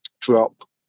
drop